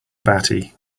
batty